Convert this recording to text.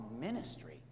ministry